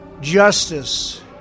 justice